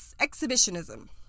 exhibitionism